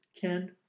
Ken